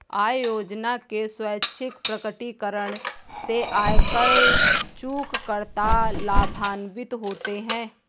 आय योजना के स्वैच्छिक प्रकटीकरण से आयकर चूककर्ता लाभान्वित होते हैं